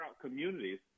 communities